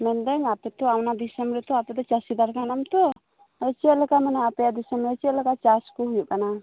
ᱢᱮᱱᱫᱟᱹᱧ ᱟᱯᱮ ᱛᱚ ᱟᱭᱢᱟ ᱫᱤᱥᱚᱢ ᱨᱮ ᱟᱢ ᱫᱚ ᱪᱟᱹᱥᱤ ᱠᱟᱱᱟᱢ ᱛᱚ ᱪᱮᱫ ᱞᱮᱠᱟ ᱢᱮᱱᱟᱜ ᱯᱮᱭᱟ ᱫᱤᱥᱚᱢ ᱨᱮ ᱪᱮᱫ ᱞᱮᱠᱟ ᱪᱟᱥ ᱠᱚ ᱦᱩᱭᱩᱜ ᱠᱟᱱᱟ